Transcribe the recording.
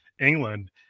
England